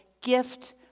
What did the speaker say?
gift